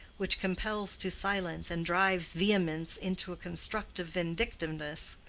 which compels to silence and drives vehemence into a constructive vindictiveness,